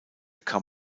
kann